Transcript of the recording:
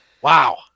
Wow